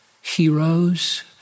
heroes